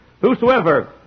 Whosoever